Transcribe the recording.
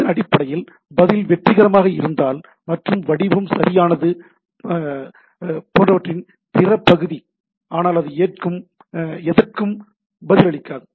இதன் அடிப்படையில் பதில் வெற்றிகரமாக இருந்தால் மற்றும் வடிவம் சரியானது போன்றவற்றின் பிற பகுதி ஆனால் அது எதற்கும் பதிலளிக்காது